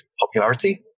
popularity